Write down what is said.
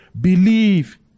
believe